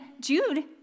Jude